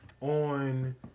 on